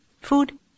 food